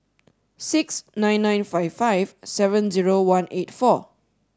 six nine nine five five seven zero one eight four